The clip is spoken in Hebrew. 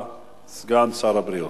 סגן שר הבריאות.